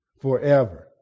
forever